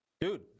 Dude